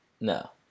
No